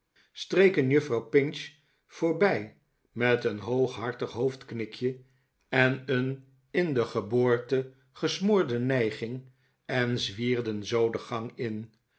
juffrouw pinch voorbij met een hooghartig hoofdknikje en een in de geboorte gesmoorde nijging en zwierden zoo dte gang in